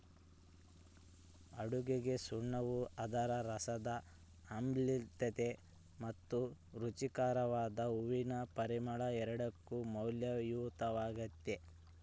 ಅಡುಗೆಗಸುಣ್ಣವು ಅದರ ರಸದ ಆಮ್ಲೀಯತೆ ಮತ್ತು ರುಚಿಕಾರಕದ ಹೂವಿನ ಪರಿಮಳ ಎರಡಕ್ಕೂ ಮೌಲ್ಯಯುತವಾಗ್ಯದ